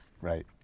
Right